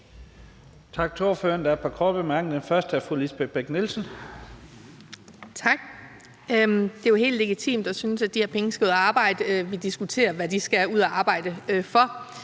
Tak. Det er jo helt legitimt at synes, at de her penge skal ud at arbejde, og at vi diskuterer, hvad de skal ud at arbejde for.